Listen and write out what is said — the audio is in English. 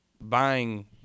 buying